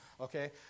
okay